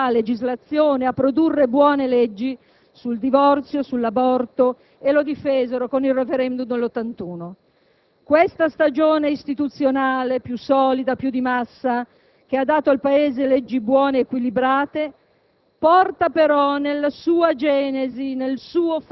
riuscirono a portare a legalità, a legislazione, a produrre buone leggi sul divorzio, sull'aborto, difendendolo con il *referendum* del 1981. Questa stagione istituzionale, più solida, più di massa, che ha dato al Paese leggi buone ed equilibrate,